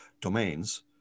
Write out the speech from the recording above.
domains